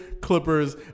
Clippers